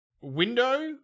window